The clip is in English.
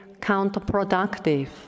counterproductive